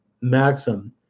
maxim